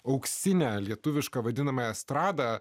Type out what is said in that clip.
auksinę lietuvišką vadinami estradą